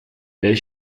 beidh